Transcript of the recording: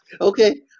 Okay